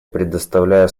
предоставлю